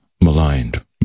maligned